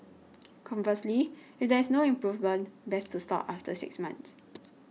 conversely if there is no improvement best to stop after six months